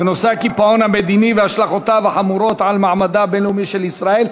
בנושא: הקיפאון המדיני והשלכותיו החמורות על מעמדה הבין-לאומי של ישראל.